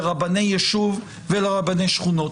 לרבני יישוב ולרבני שכונות.